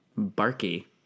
Barky